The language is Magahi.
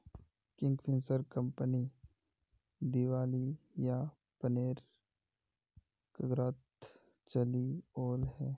किंगफिशर कंपनी दिवालियापनेर कगारत चली ओल छै